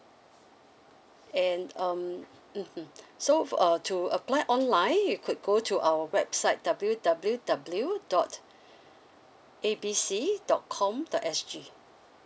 and um mmhmm so err to apply online you could go to our website W W W dot A B C dot com dot S_G